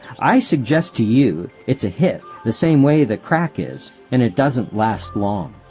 i suggest to you it's a hit the same way that crack is, and it doesn't last long.